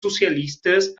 socialistes